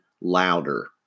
louder